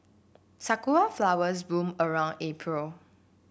sakura flowers bloom around April